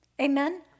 Amen